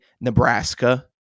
Nebraska